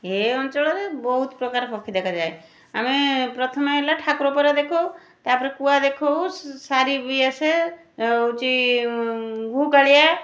ଏ ଅଞ୍ଚଳରେ ବହୁତପ୍ରକାର ପକ୍ଷୀ ଦେଖାଯାଏ ଆମେ ପ୍ରଥମେ ହେଲା ଠାକୁର ପାରା ଦେଖୁ ତା'ପରେ କୁଆ ଦେଖୁ ସାରି ବି ଆସେ ଆଉ ହେଉଛି ଘୁକାଳିଆ